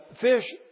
fish